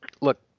look